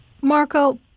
Marco